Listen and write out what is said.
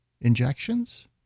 injections